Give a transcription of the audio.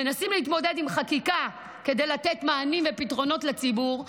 מנסים להתמודד עם חקיקה כדי לתת מענים ופתרונות לציבור.